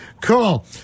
Cool